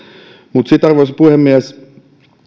mutta arvoisa puhemies